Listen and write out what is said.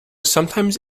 sometimes